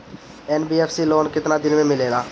NBFC loan केतना दिन मे मिलेला?